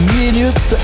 minutes